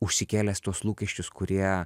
užsikėlęs tuos lūkesčius kurie